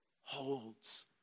holds